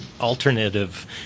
alternative